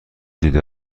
دیده